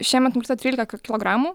šiemet numesta trylika kilogramų